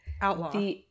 Outlaw